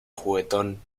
juguetón